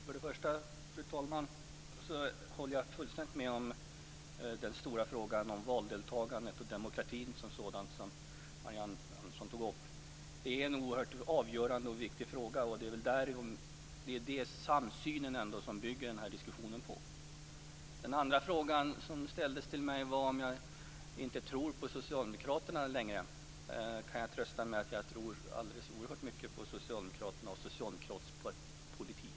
Fru talman! Till att börja med håller jag fullständigt med Marianne Andersson när det gäller den stora frågan om valdeltagandet och demokratin. Det är en oerhört avgörande och viktig fråga, och det är den samsynen som denna diskussion bygger på. Frågan ställdes om jag inte tror på Socialdemokraterna längre. Jag kan trösta med att jag tror alldeles oerhört mycket på Socialdemokraterna och socialdemokratisk politik.